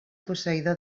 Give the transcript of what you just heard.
posseïdor